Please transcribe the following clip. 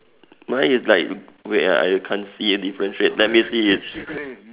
mine is like wait ah I can't see a difference wait let me see it's